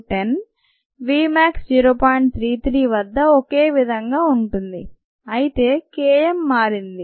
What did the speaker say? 33 వద్ద ఒకేవిధంగా ఉంటుంది అయితే K m మారింది